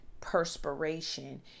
perspiration